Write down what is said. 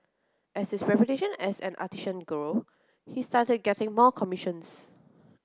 as his reputation as an artisan grew he started getting more commissions